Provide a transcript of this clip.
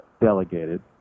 delegated